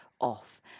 off